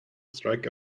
strike